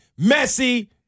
Messi